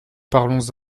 parlons